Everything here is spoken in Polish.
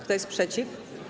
Kto jest przeciw?